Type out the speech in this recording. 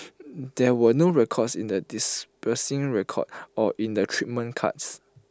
there were no records in the dispersing record or in the treatment cards